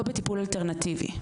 לא בטיפול אלטרנטיבי.